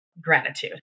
gratitude